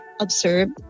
observed